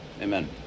Amen